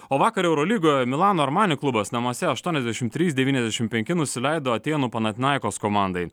o vakar eurolygoje milano armani klubas namuose aštuoniasdešimt trys devyniasdešimt penki nusileido atėnų panatinaikos komandai